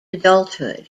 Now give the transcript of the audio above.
adulthood